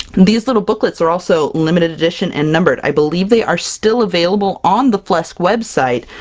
these little booklets are also limited edition and numbered! i believe they are still available on the flesk website!